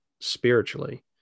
spiritually